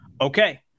okay